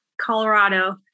Colorado